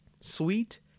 sweet